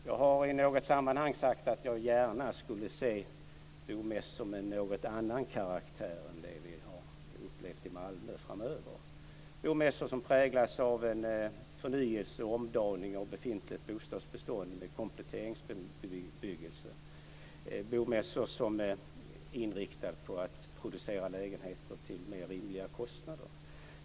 Jag har i något sammanhang sagt att jag framöver gärna skulle se bomässor med något annan karaktär än den vi har upplevt i Malmö, bomässor som präglas av förnyelse och omdaning av befintligt bostadsbestånd med kompletteringsbebyggelse, bomässor som är inriktade på att producera lägenheter till mer rimliga kostnader.